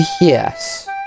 Yes